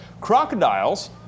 Crocodiles